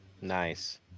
Nice